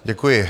Děkuji.